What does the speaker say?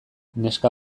neska